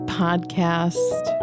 podcast